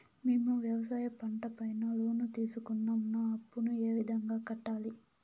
మేము వ్యవసాయ పంట పైన లోను తీసుకున్నాం నా అప్పును ఏ విధంగా కట్టాలి